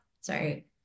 Sorry